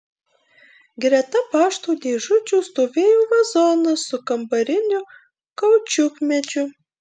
greta pašto dėžučių stovėjo vazonas su kambariniu kaučiukmedžiu